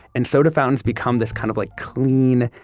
and soda fountains become this kind of like clean,